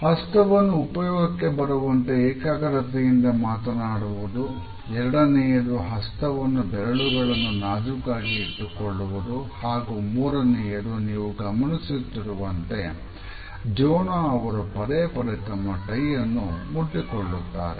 ಹಸ್ತವನ್ನು ಉಪಯೋಗಕ್ಕೆ ಬರುವಂತೆ ಏಕಾಗ್ರತೆಯಿಂದ ಮಾತನಾಡುವುದು ಎರಡನೆಯದು ಹಸ್ತವನ್ನು ಬೆರಳುಗಳನ್ನು ನಾಜೂಕಾಗಿ ಇಟ್ಟುಕೊಳ್ಳುವುದು ಹಾಗೂ ಮೂರನೆಯದು ನೀವು ಗಮನಿಸುತ್ತಿರುವಂತೆ ಜೋನಾ ಅವರು ಪದೇಪದೇ ತಮ್ಮನ್ನು ಟೈ ಅನ್ನು ಮುಟ್ಟುಕೊಳ್ಳುತ್ತಾರೆ